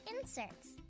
inserts